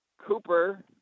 Cooper